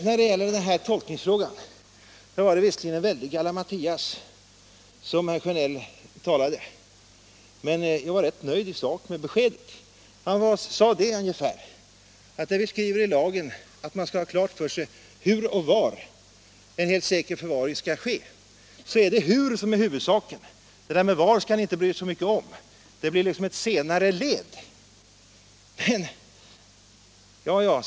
När det gäller tolkningsfrågan var det visserligen en väldig gallimatias som herr Sjönell pratade, men jag var rätt nöjd i sak med beskedet. Han sade ungefär att när det skrivs i lagen att man skall ha klart för sig hur och var en helt säker förvaring skall ske, är det hur som är huvudsaken. Det där med var skall vi inte bry oss så mycket om, det blir ett senare led.